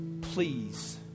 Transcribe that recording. Please